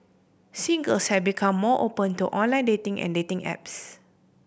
singles have become more open to online dating and dating apps